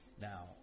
Now